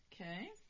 Okay